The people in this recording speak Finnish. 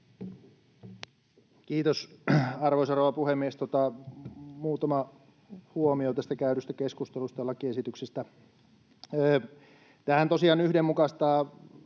Kiitos, arvoisa rouva puhemies! Muutama huomio tästä käydystä keskustelusta ja lakiesityksestä. Tämähän tosiaan yhdenmukaistaa